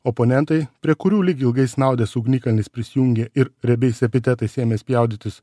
oponentai prie kurių lyg ilgai snaudęs ugnikalnis prisijungia ir riebiais epitetais ėmė spjaudytis